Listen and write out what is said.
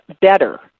better